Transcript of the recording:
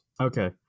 Okay